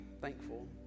thankful